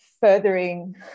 furthering